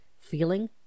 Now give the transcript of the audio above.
feeling